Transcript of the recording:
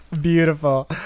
beautiful